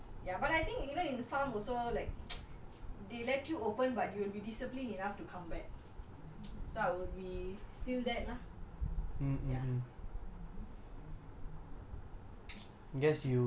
ya so ya but I think even in the farm also like they let you open but you'll be disciplined enough to come back so I would be still that lah ya